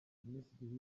minisitiri